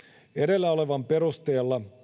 edellä olevan perusteella